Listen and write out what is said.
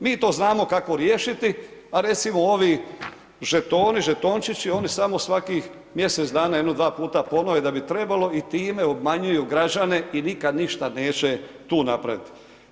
Mi to znamo kako riješiti, a recimo ovi žetoni, žetončići oni samo svakih mjesec dana jedno dva puta ponove da bi trebalo i time obmanjuju građane i nikad ništa neće tu napraviti.